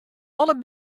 alle